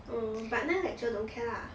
mm but 那 lecturer don't care lah